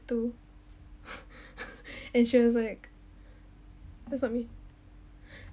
two and she was like that's not me